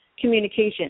communication